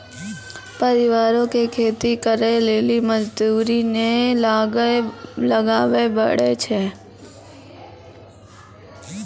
परिवारो के खेती करे लेली मजदूरी नै लगाबै पड़ै छै